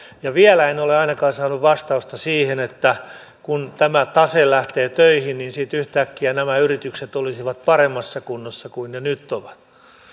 vielä en ole ainakaan saanut vastausta siihen että kun tämä tase lähtee töihin niin miten yhtäkkiä nämä yritykset olisivat paremmassa kunnossa kuin ne nyt ovat